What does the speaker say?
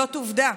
זו עובדה.